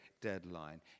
deadline